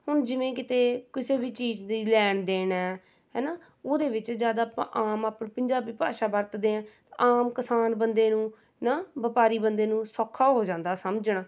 ਹੁਣ ਜਿਵੇਂ ਕਿਤੇ ਕਿਸੇ ਵੀ ਚੀਜ਼ ਦੀ ਲੈਣ ਦੇਣ ਹੈ ਹੈ ਨਾ ਉਹਦੇ ਵਿੱਚ ਜਦ ਆਪਾਂ ਆਮ ਆਪਾਂ ਪੰਜਾਬੀ ਭਾਸ਼ਾ ਵਰਤਦੇ ਹਾਂ ਆਮ ਕਿਸਾਨ ਬੰਦੇ ਨੂੰ ਨਾ ਵਪਾਰੀ ਬੰਦੇ ਨੂੰ ਸੌਖਾ ਹੋ ਜਾਂਦਾ ਸਮਝਣਾ